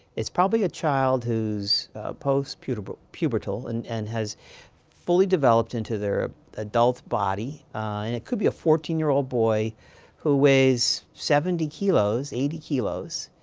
it's probably a child who's post-pubertal post-pubertal and and has fully developed into their adult body. and it could be a fourteen year old boy who weighs seventy kilos, eighty kilos.